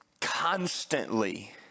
constantly